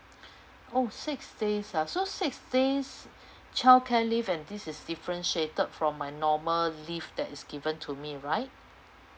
oh six days ah so six days childcare leave and this is differentiated from my normal leave that is given to me right